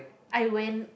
I went